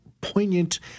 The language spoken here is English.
poignant